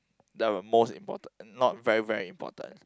the most important not very very important